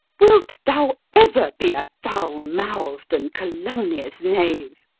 wilt thou ever be a foul-mouth'd and calumnious knave?